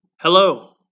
Hello